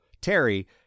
Terry